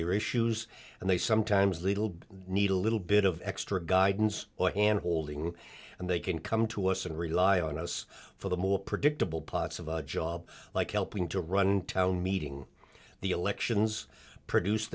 their issues and they sometimes little need a little bit of extra guidance or hand holding and they can come to us and rely on us for the more predictable plots of a job like helping to run town meeting the elections produce